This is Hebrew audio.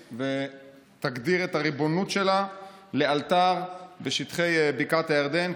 ולהגדיר את הריבונות שלה לאלתר בשטחי בקעת הירדן,